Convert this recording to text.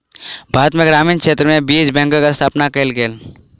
भारत में ग्रामीण क्षेत्र में बीज बैंकक स्थापना कयल गेल